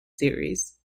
series